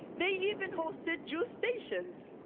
they even hosted juice stations.